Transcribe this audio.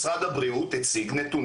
עצם העובדה שבישראל יש הנגשה של השירות בצורה